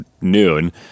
noon